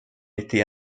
été